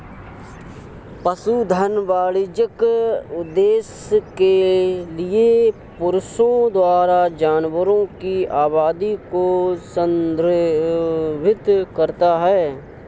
पशुधन वाणिज्यिक उद्देश्य के लिए मनुष्यों द्वारा जानवरों की आबादी को संदर्भित करता है